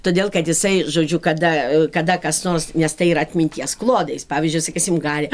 todėl kad jisai žodžiu kada kada kas nors nes tai yra atminties klodais jis pavyzdžius sakysim gali